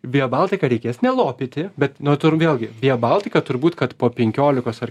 via baltica reikės nelopyti bet natūr vėlgi via baltica turbūt kad po penkiolikos ar